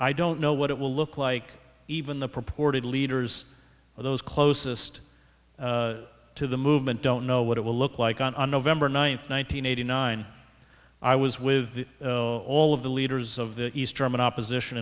i don't know what it will look like even the purported leaders of those closest to the movement don't know what it will look like on november ninth one nine hundred eighty nine i was with all of the leaders of the east german opposition